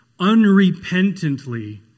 unrepentantly